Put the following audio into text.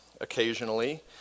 occasionally